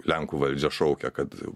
lenkų valdžia šaukia kad